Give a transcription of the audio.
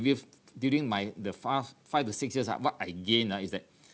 you during my the fast five or six years ah what I again ah is that